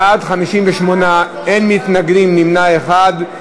בעד, 58, אין מתנגדים, נמנע אחד.